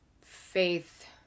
faith